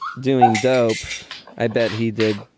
doing dope i bet he did.